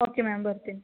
okay ma'am ಬರ್ತೀನಿ